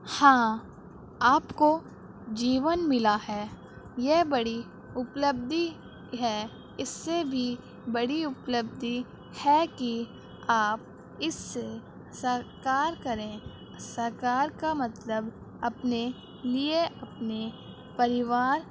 ہاں آپ کو جیون ملا ہے یہ بڑی اپلبدھی ہے اس سے بھی بڑی اپلبدھی ہے کہ آپ اس سے ساکار کریں ساکار کا مطلب اپنے لیے اپنے پریوار